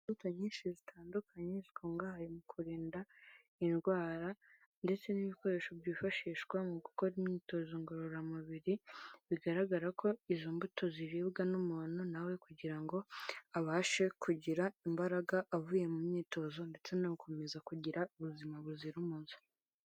Imbuto nyinshi zitandukanye zikungahaye mu kurinda indwara ndetse n'ibikoresho byifashishwa mu gukora imyitozo ngororamubiri, bigaragara ko izo mbuto ziribwa n'umuntu nawe kugira ngo abashe kugira imbaraga avuye mu myitozo ndetse no gukomeza kugira ubuzima buzira umuze.